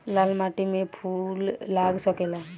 लाल माटी में फूल लाग सकेला?